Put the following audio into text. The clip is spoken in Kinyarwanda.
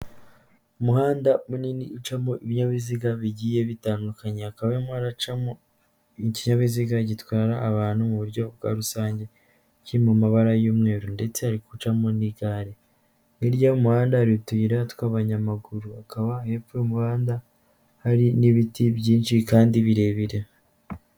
Umuhanda munini ucamo ibinyabiziga bigiye bitandukanye, hakaba harimo hacamo ikinyabiziga gitwara abantu mu buryo bwa rusange kiri mu mabara y'umweru ndetse ari gucamo n'igare, hirya y'umuhanda hari utuyira tw'abanyamaguru, hakaba hepfo y'umuhanda hari n'ibiti byinshi kandi birebire.